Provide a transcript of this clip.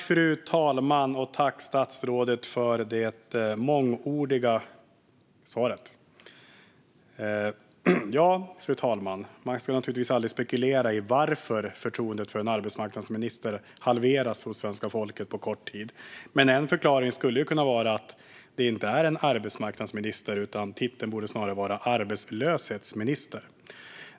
Fru talman! Tack, statsrådet, för det mångordiga svaret! Man ska naturligtvis aldrig spekulera i varför förtroendet för en arbetsmarknadsminister halveras hos svenska folket på kort tid. Men en förklaring skulle kunna vara att det inte är en arbetsmarknadsminister vi har. Titeln borde snarare vara arbetslöshetsminister.